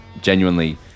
genuinely